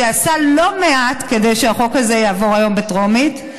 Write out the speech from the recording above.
שעשה לא מעט כדי שהחוק הזה יעבור היום בטרומית.